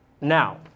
now